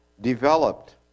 developed